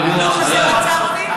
לא חסר לצהרונים?